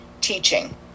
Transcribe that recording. teaching